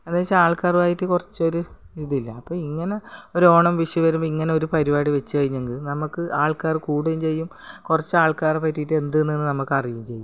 എന്നു വെച്ച് ആൾക്കാരുമായിട്ട് കുറച്ചൊരു ഇതില്ല അപ്പം ഇങ്ങനെ ഒരോണം വിഷു വരുമ്പോൾ ഇങ്ങനെ ഒരു പരിപാടി വെച്ചു കഴിഞ്ഞെങ്കിൽ നമ്മൾക്ക് ആൾക്കാർ കൂടുകയും ചെയ്യും കുറച്ച് ആൾക്കാരെ പറ്റിയിട്ട് എന്തെന്നു നമ്മൾക്ക് അറിയുകയും ചെയ്യും